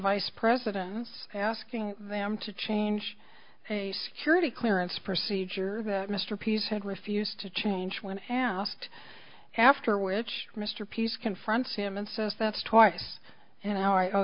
vice presidents asking them to change a security clearance procedure that mr pease had refused to change when asked after which mr pease confronts him and says that's twice an